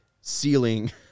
ceiling